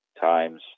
times